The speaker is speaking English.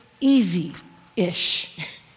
easy-ish